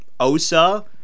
osa